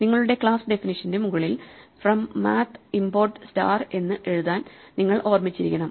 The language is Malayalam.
നിങ്ങളുടെ ക്ലാസ് ഡെഫിനിഷ്യന്റെ മുകളിൽ ഫ്രം മാത്ത് ഇമ്പോർട്ട് സ്റ്റാർ എന്ന് എഴുതാൻ നിങ്ങൾ ഓർമ്മിച്ചിരിക്കണം